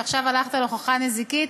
ועכשיו הלכת על הוכחה נזיקית.